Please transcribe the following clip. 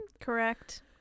correct